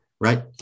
Right